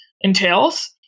entails